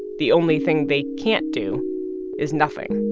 the only thing they can't do is nothing